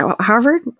Harvard